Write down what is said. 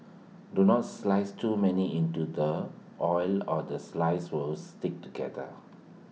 do not slice too many into the oil or the slices will stick together